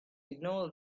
ignore